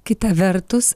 kita vertus